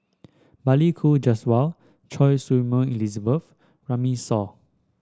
Balli Kaur Jaswal Choy Su Moi Elizabeth Runme Shaw